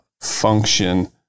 function